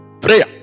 Prayer